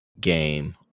game